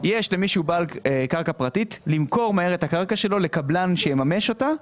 אם יש למישהו קרקע פרטית למכור מהר את הקרקע שלו לקבלן שיממש אותה.